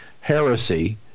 heresy